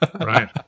right